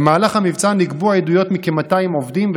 במהלך המבצע נגבו עדויות מכ-200 עובדים,